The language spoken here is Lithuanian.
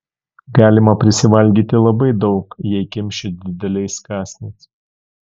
galima prisivalgyti labai daug jei kimši dideliais kąsniais